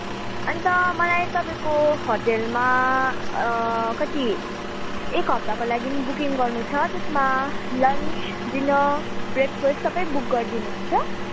अन्त मलाई तपाईँको होटलमा कति एक हप्ताको लागि बुकिङ गर्नु छ त्यसमा लन्च डिनर ब्रेकफास्ट सबै बुक गरिदिनु हुन्छ